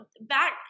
back